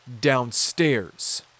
downstairs